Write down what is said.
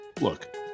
Look